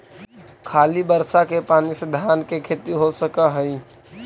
खाली बर्षा के पानी से धान के खेती हो सक हइ?